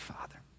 Father